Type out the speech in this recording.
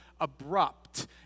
abrupt